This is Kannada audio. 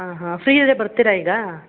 ಹಾಂ ಹಾಂ ಫ್ರೀ ಇದ್ರೆ ಬರ್ತೀರಾ ಈಗ